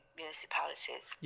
municipalities